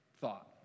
thought